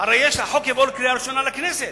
הרי החוק יבוא לקריאה ראשונה לכנסת.